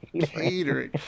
catering